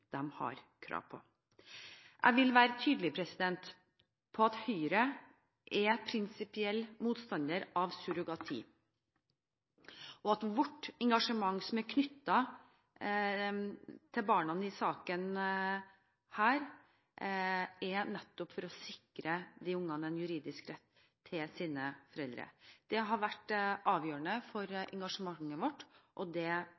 er prinsipiell motstander av surrogati, og at vårt engasjement som er knyttet til barna i saken, nettopp er å sikre barna en juridisk rett til sine foreldre. Det har vært avgjørende for vårt engasjement, og det